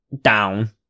down